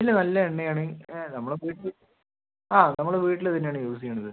ഇല്ല നല്ല എണ്ണയാണ് നമ്മളെ വീട്ടിൽ ആ നമ്മളെ വീട്ടിൽ ഇത് തന്നെയാണ് യൂസ് ചെയ്യണത്